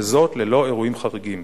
וזאת ללא אירועים חריגים.